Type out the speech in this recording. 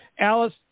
Alice